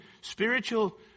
spiritual